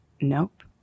nope